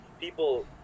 people